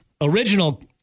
original